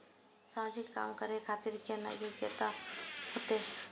समाजिक काम करें खातिर केतना योग्यता होते?